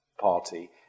party